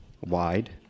wide